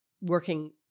working